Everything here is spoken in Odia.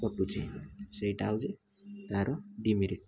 କଟୁଛି ସେଇଟା ହେଉଛି ତାର ଡିମେରିଟ୍